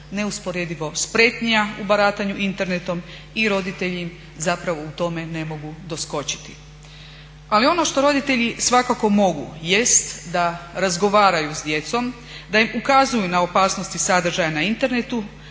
neusporedivo spretnija u baratanju internetom i roditelji im zapravo u tome ne mogu doskočiti. Ali ono što roditelji svakako mogu jest da razgovaraju sa djecom, da im ukazuju na opasnosti sadržaja na internetu